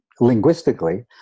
linguistically